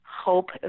hope